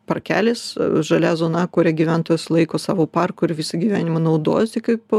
parkelis žalia zona kurią gyventojas laiko savo parku ir visą gyvenimu naudojasi kaip